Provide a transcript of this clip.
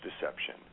deception